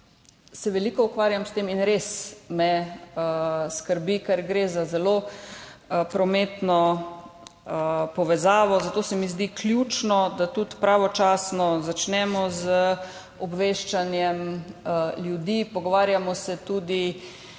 se veliko ukvarjam s tem in me res skrbi, ker gre za zelo prometno povezavo. Zato se mi zdi ključno, da pravočasno začnemo z obveščanjem ljudi. Dars se pogovarja tudi